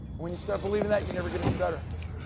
when you start believing that, you never get any better.